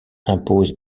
impose